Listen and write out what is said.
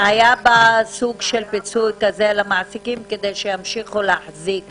שהיה בה סוג של פיצוי כזה למעסיקים כדי שימשיכו להחזיק